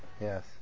yes